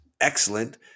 excellent